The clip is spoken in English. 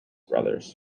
brothers